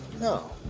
no